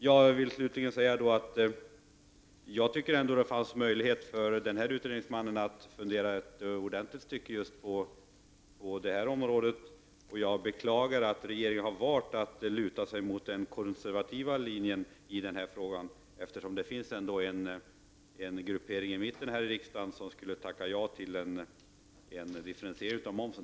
Jag vill slutligen säga att det fanns en möjlighet för utredningsmannen att fundera ordentligt på just det här. Jag beklagar att regeringen har valt att luta sig mot företrädare för den konservativa linjen i den här frågan. Det finns här i riksdagen en gruppering i mitten som skulle tacka ja till en differentiering av momsen.